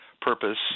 purpose